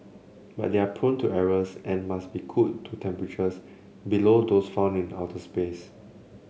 but they are prone to errors and must be cooled to temperatures below those found in outer space